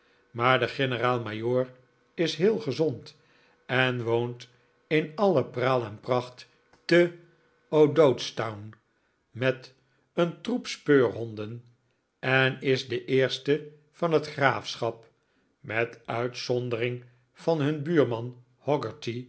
maar de generaal majoor is heel gezond en woont in alle praal en pracht te o'dowdstown met een troep speurhonden en is de eerste van het graafschap met uitzondering van hun